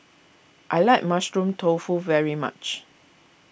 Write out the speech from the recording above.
I like Mushroom Tofu very much